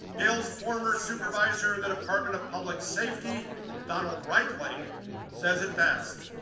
gail's former supervisor in the department of public safety donald reichling says it best,